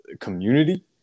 community